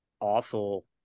awful